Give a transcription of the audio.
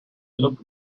looked